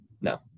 no